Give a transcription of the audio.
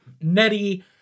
Nettie